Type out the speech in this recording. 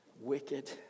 wicked